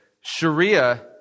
Sharia